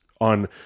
on